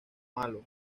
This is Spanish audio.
malo